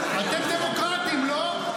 אתם דמוקרטים, לא?